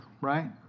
right